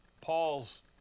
Paul's